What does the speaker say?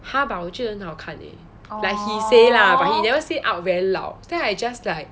!huh! but 我觉得很好看 eh he say lah but he never say out very loud then I just like